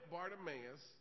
Bartimaeus